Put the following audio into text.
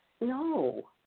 No